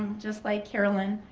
just like carolyn.